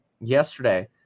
yesterday